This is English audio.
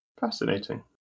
Fascinating